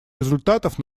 результатах